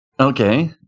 Okay